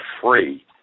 free